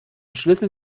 schlüssel